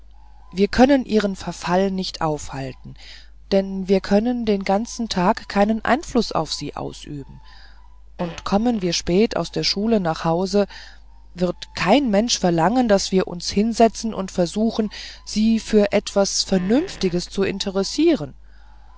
wir können ihren verfall nicht aufhalten denn wir können den ganzen tag keinen einfluß auf sie ausüben und kommen wir spät aus der schule nach haus wird kein mensch verlangen daß wir uns hinsetzen und versuchen sie für etwas vernünftiges zu interessieren